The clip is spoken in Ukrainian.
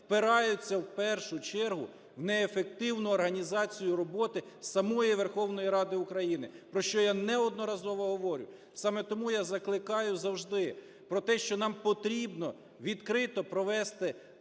впираються, в першу чергу, в неефективну організацію роботи самої Верховної Ради України, про що я неодноразово говорю. Саме тому я закликаю завжди про те, що нам потрібно відкрито провести день